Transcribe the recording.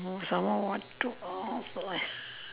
uh some more what to ask